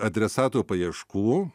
adresatų paieškų